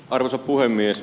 arvoisa puhemies